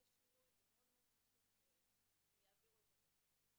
שינוי ומאוד מאוד חשוב שהם יעבירו את המסר הזה.